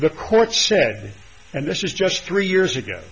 the court said and this is just three years ago